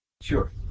Sure